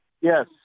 Yes